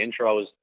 intros